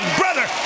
brother